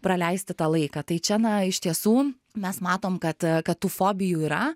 praleisti tą laiką tai čia na iš tiesų mes matom kad kad tų fobijų yra